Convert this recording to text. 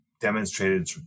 demonstrated